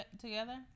together